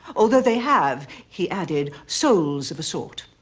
although they have, he added, souls of a sort.